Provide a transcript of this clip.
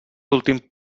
últim